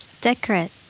Decorate